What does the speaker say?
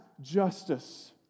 justice